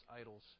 idols